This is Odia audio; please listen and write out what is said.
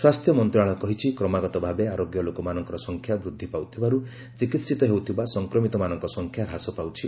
ସ୍ୱାସ୍ଥ୍ୟ ମନ୍ତ୍ରଣାଳୟ କହିଛି କ୍ମାଗତ ଭାବେ ଆରୋଗ୍ୟ ଲୋକମାନଙ୍କର ସଂଖ୍ୟା ବୃଦ୍ଧି ପାଉଥିବାରୁ ଚିକିହିତ ହେଉଥିବା ସଂକ୍ରମିତମାନଙ୍କ ସଂଖ୍ୟା ହ୍ରାସ ପାଉଛି